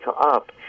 up